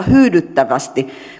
hyydyttävästi